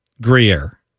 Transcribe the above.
Grier